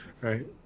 right